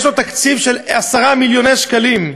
יש לו תקציב של 10 מיליון שקלים.